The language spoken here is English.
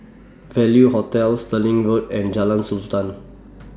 Value Hotel Stirling Road and Jalan